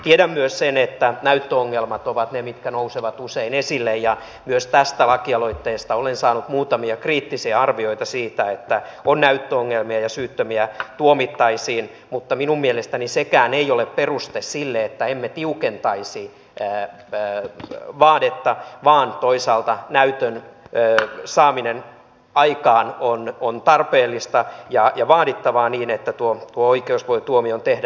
tiedän myös sen että näyttöongelmat ovat ne mitkä nousevat usein esille ja myös tästä lakialoitteesta olen saanut muutamia kriittisiä arvioita siitä että on näyttöongelmia ja syyttömiä tuomittaisiin mutta minun mielestäni sekään ei ole peruste sille että emme tiukentaisi vaadetta vaan toisaalta näytön saaminen aikaan on tarpeellista ja vaadittavaa niin että oikeus voi tuomion tehdä